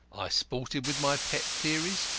i sported with my pet theories,